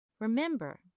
remember